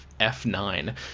F9